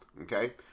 okay